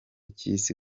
cy’isi